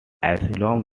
asylum